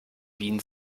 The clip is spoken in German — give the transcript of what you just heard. wien